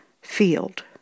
field